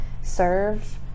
serve